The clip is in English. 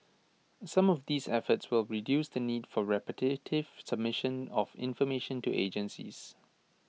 some of these efforts will reduce the need for repetitive submission of information to agencies